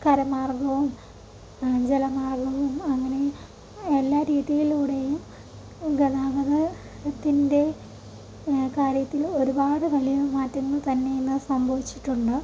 കരമാർഗവും ജലമാർഗവും അങ്ങനെ എല്ലാ രീതിയിലൂടെയും ഗതാഗതത്തിൻ്റെ കാര്യത്തിൽ ഒരുപാട് വലിയ മാറ്റങ്ങൾ തന്നെ ഇന്ന് സംഭവിച്ചിട്ടുണ്ട്